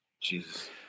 Jesus